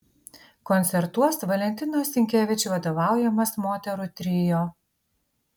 koncertuos valentinos sinkevič vadovaujamas moterų trio